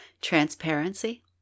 Transparency